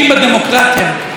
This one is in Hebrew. אבל תבין מה קרה,